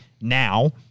now